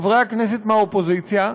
חברי הכנסת מהאופוזיציה,